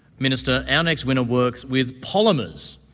minister, our next winner works with polymers.